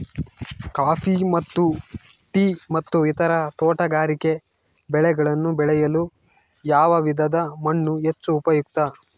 Coffee ಮತ್ತು tea ಮತ್ತು ಇತರ ತೋಟಗಾರಿಕೆ ಬೆಳೆಗಳನ್ನು ಬೆಳೆಯಲು ಯಾವ ವಿಧದ ಮಣ್ಣು ಹೆಚ್ಚು ಉಪಯುಕ್ತ?